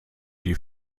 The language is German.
die